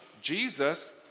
Jesus